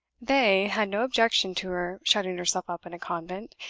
they had no objection to her shutting herself up in a convent,